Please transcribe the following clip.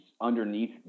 underneath